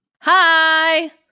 Hi